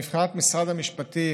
מבחינת משרד המשפטים,